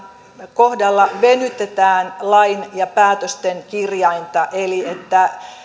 kohdalla venytetään lain ja päätösten kirjainta eli että venytetään